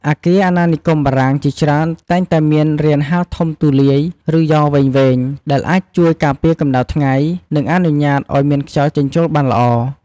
អគារអាណានិគមបារាំងជាច្រើនតែងតែមាន រានហាលធំទូលាយ ឬ យ៉រវែងៗ ដែលអាចជួយការពារកម្ដៅថ្ងៃ និងអនុញ្ញាតឱ្យមានខ្យល់ចេញចូលបានល្អ។